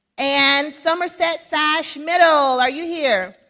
and somerset sash middle, are you here?